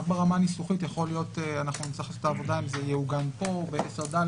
ברמה הניסוחית לא ברור אם זה יעוגן פה או ב-10ד,